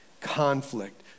conflict